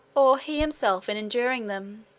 or he himself in enduring them.